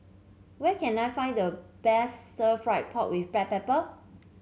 where can I find the best Stir Fried Pork with Black Pepper